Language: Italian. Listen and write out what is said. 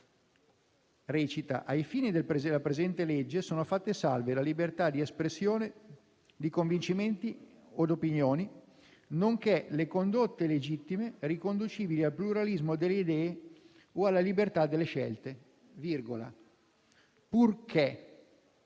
«Ai fini della presente legge, sono fatte salve la libera espressione di convincimenti od opinioni nonché le condotte legittime riconducibili al pluralismo delle idee o alla libertà delle scelte, purché